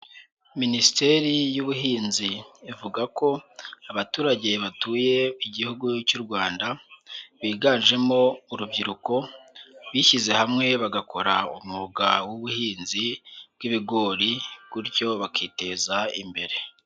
Minisiteri y'Ubuhinzi ivuga ko abaturage batuye Igihugu cy'u Rwanda biganjemo urubyiruko, bishyize hamwe bagakora umwuga w'ubuhinzi bw'ibigori gutyo bakiteza imbere.